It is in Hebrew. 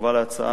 בתשובה להצעה